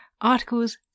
articles